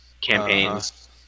campaigns